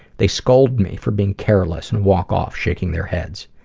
they scold me for being careless and walk off, shaking their heads.